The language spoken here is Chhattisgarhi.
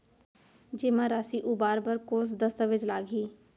जेमा राशि उबार बर कोस दस्तावेज़ लागही?